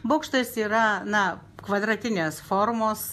bokštas yra na kvadratinės formos